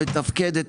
מתפקדת,